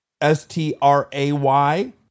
S-T-R-A-Y